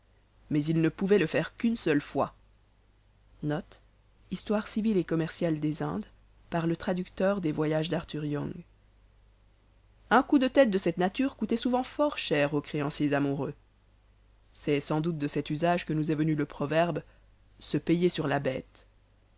mais il ne pouvait le faire qu'une seule fois un coup de tête de cette nature coûtait souvent fort cher aux créanciers amoureux c'est sans doute de cet usage que nous est venu le proverbe se payer sur la bête